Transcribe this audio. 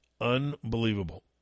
Unbelievable